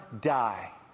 die